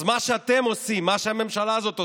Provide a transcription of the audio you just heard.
אז מה שאתם עושים, מה שהממשלה הזאת עושה,